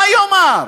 מה יאמר?